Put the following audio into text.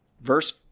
verse